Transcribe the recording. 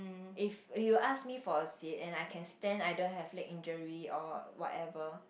if you ask me for a seat and I can stand I don't have leg injury or whatever